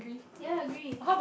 ya agree